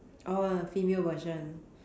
oh female version